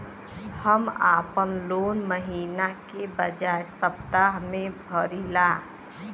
हम आपन लोन महिना के बजाय सप्ताह में भरीला